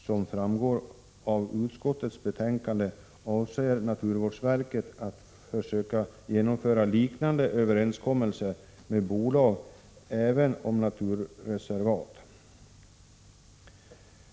Som framgår av utskottets betänkande avser naturvårdsverket att försöka träffa liknande överenskommelser med bolag även om naturvårdsreservat.